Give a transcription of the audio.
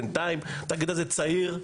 בינתיים התאגיד הזה צעיר.